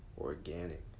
organic